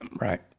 Right